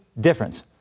difference